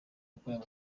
yakorewe